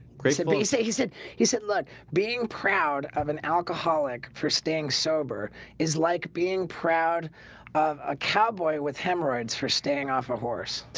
recently he said he said he said look being proud of an alcoholic for staying sober is like being proud of a cowboy with hemorrhoids for staying off a horse